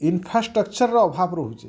ଇନଫ୍ରାଷ୍ଟ୍ରକ୍ଚରର ଅଭାବ ରହୁଛେ୍